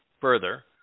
Further